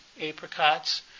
apricots